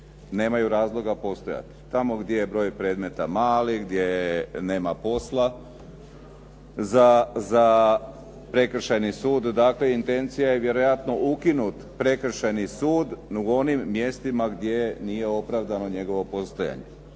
nemaju razloga postojati. Tamo gdje je broj predmeta mali, gdje nema posla za prekršajni sud. Dakle, intencija je vjerojatno ukinut prekršajni sud u onim mjestima gdje nije opravdano njegovo postojanje.